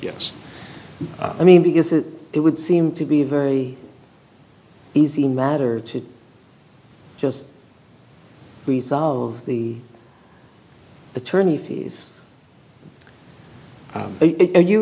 yes i mean because it it would seem to be very easy matter to just resolve the attorney fees